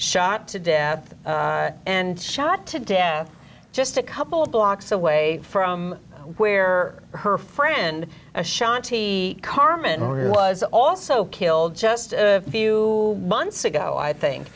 shot to death and shot to death just a couple of blocks away from where her friend ashanti carmen who was also killed just a few months ago i think